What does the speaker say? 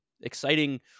exciting